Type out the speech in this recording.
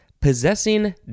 possessing